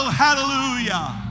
hallelujah